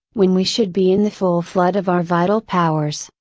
when we should be in the full flood of our vital powers,